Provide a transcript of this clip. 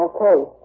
Okay